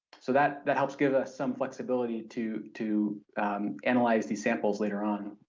so that that helps give us some flexibility to to analyze these samples later on.